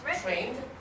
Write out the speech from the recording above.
Trained